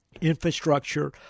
infrastructure